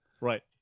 Right